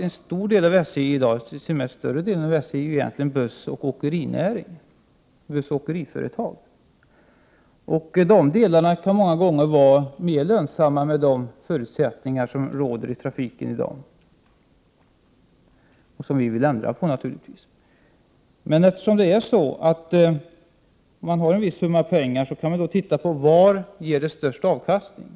En stor del av SJ, t.o.m. större delen, är egentligen bussoch åkeriföretag. De delarna kan många gånger vara mer lönsamma, med de förutsättningar som råder i trafiken i dag och som vi naturligtvis vill ändra på. När man har en viss summa pengar, ser man efter var man får den största avkastningen.